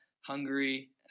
Hungary